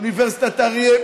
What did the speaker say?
אוניברסיטת אריאל,